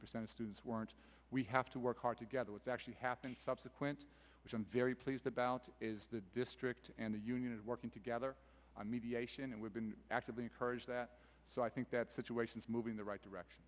percent of students weren't we have to work hard together what's actually happened subsequent which i'm very pleased about is the district and the union and working together on mediation and we've been actively encouraged that so i think that situation is moving the right direction